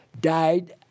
died